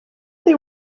they